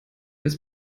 ist